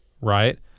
right